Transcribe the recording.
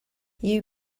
you